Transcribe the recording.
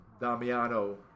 Damiano